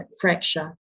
fracture